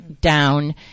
down